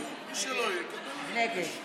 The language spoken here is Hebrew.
שנתיים, שרשרת ערך כבדה ומסורבלת, ובעיקר יקרה,